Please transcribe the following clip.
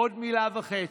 עוד מילה וחצי.